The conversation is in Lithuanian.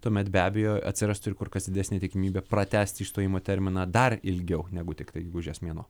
tuomet be abejo atsirastų ir kur kas didesnė tikimybė pratęsti išstojimo terminą dar ilgiau negu tiktai gegužės mėnuo